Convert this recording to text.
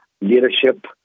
leadership